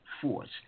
force